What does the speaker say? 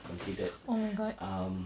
considered um